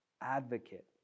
advocate